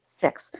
Six